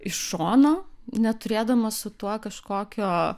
iš šono neturėdama su tuo kažkokio